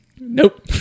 Nope